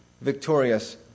victorious